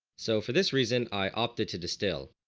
so for this reason i opted to distill.